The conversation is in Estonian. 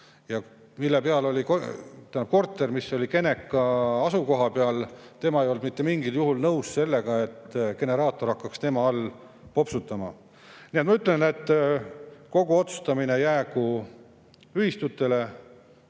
välja saaks. Korter, mis oli geneka peal, ei olnud mitte mingil juhul nõus sellega, et generaator hakkaks tema all popsutama. Nii et ma ütlen, et kogu otsustamine jäägu ühistutele.